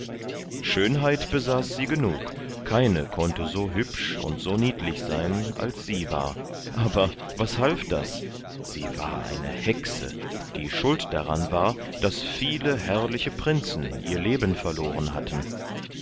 schönheit besaß sie genug keine konnte so hübsch und so niedlich sein als sie war aber was half das sie war eine hexe die schuld daran war daß viele herrliche prinzen ihr leben verloren hatten